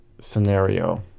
scenario